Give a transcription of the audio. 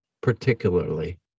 particularly